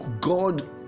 God